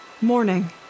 Morning